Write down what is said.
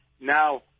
Now